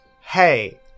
hey